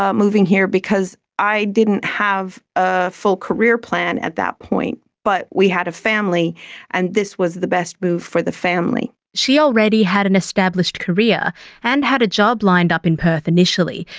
ah moving here, because i didn't have a full career plan at that point, but we had a family and this was the best move for the family. she already had an established career and had a job lined up in perth initially,